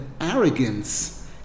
arrogance